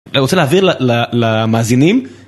אני רוצה להעביר למאזינים